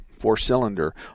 four-cylinder